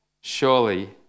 Surely